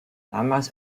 damals